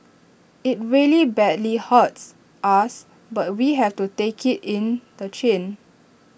IT really badly hurts us but we have to take IT in the chin